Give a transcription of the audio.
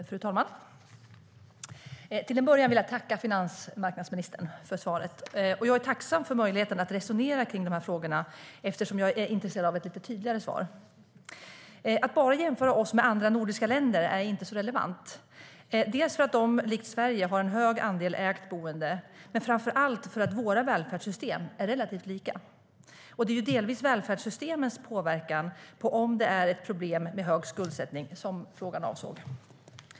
Fru talman! Till att börja med vill jag tacka finansmarknadsministern för svaret. Jag är tacksam för möjligheten att resonera kring de här frågorna, eftersom jag är intresserad av ett lite tydligare svar. Att bara jämföra oss med andra nordiska länder är inte så relevant, dels för att de likt Sverige har en hög andel ägt boende, dels och framför allt för att våra välfärdssystem är relativt lika. Det som frågan avsåg var om problemet med hög skuldsättning delvis var välfärdssystemens påverkan.